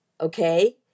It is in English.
okay